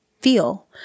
feel